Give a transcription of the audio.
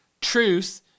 Truth